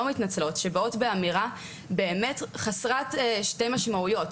מתנצלות שבאות באמירה באמת חסרת שתי משמעויות,